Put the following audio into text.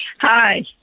Hi